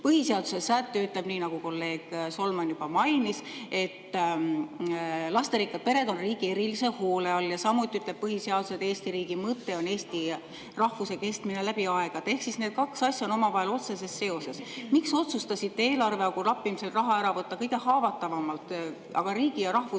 Põhiseaduse säte ütleb, nii nagu kolleeg Solman juba mainis, et lasterikkad pered on riigi erilise hoole all, ja samuti ütleb põhiseadus, et Eesti riigi mõte on eesti rahvuse kestmine läbi aegade. Ehk siis need kaks asja on omavahel otseses seoses. Miks otsustasite eelarveaugu lappimiseks raha ära võtta kõige haavatavamalt, aga riigi ja rahvuse